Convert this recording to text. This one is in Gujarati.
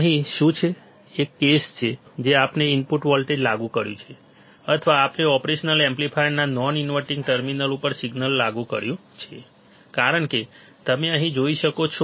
અહીં શું છે એક કેસ છે કે આપણે ઇનપુટ વોલ્ટેજ લાગુ કર્યું છે અથવા આપણે ઓપરેશનલ એમ્પ્લીફાયરના નોન ઇન્વર્ટીંગ ટર્મિનલ ઉપર સિગ્નલ લાગુ કર્યું છે કારણ કે તમે અહીં જોઈ શકો છો